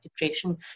depression